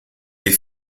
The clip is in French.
des